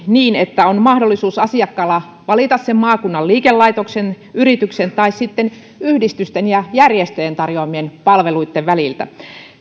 niin että asiakkaalla on mahdollisuus valita sen maakunnan liikelaitoksen yrityksen tai sitten yhdistysten ja järjestöjen tarjoamien palveluitten väliltä